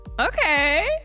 Okay